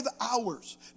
hours